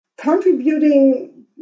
Contributing